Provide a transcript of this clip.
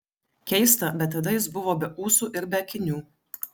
keista bet tada jis buvo be ūsų ir be akinių